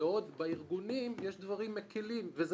בעוד שבארגונים יש דברים מקלים וזה